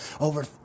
over